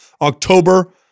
October